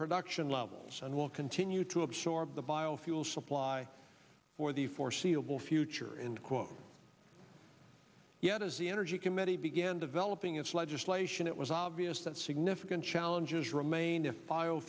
production levels and will continue to absorb the biofuel supply for the foreseeable future end quote yet as the energy committee began developing its legislation it was obvious that significant challenges remain to file